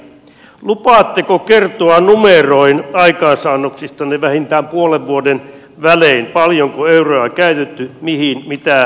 lupaatteko kertoa numeroin aikaansaannoksistanne vähintään puolen vuoden välein paljonko euroja on käytetty mihin mitä syntyy